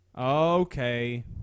Okay